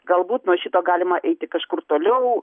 galbūt nuo šito galima eiti kažkur toliau